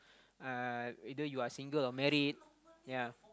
uh either you are single or married ya